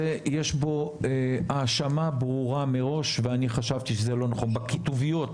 כי בסרט הזה יש האשמה ברורה מראש ואני חשבתי שזה לא נכון בכתוביות,